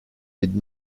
did